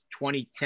2010